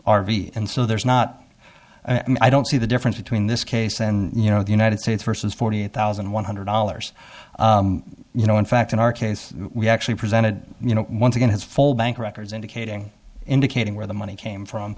v and so there's not and i don't see the difference between this case and you know the united states versus forty eight thousand one hundred dollars you know in fact in our case we actually presented you know once again his full bank records indicating indicating where the money came from